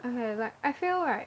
okay like I feel right